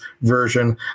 version